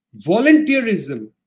volunteerism